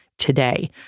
Today